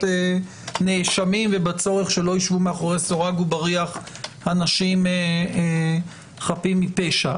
נאשמים ובצורך שלא יישבו מאחורי סורג ובריח אנשים חפים מפשע.